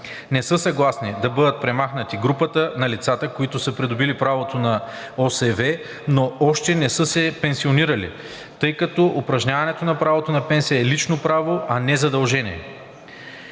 Не са съгласни да бъдат премахнати групата на лицата, които са придобили право на ОСВ, но още не са се пенсионирали, тъй като упражняването на правото на пенсия е лично право, а не задължение.